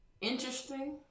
interesting